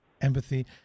empathy